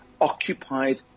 occupied